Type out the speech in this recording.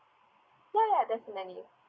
ya ya definitely